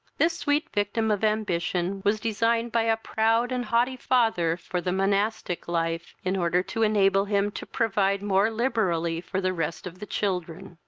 this sweet victim of ambition was designed by a proud and haughty father for the monastic life, in order to enable him to provide more liberally for the rest of the children.